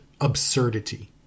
absurdity